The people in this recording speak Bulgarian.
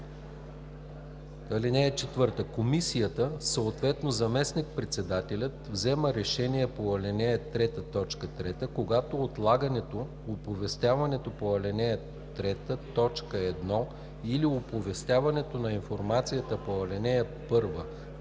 Комисията, съответно заместник-председателят, взема решение по ал. 3, т. 3, когато отлагането на оповестяването по ал. 3, т. 1 или оповестяването на информацията по ал. 1,